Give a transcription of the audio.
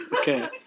okay